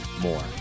more